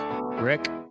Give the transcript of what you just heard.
rick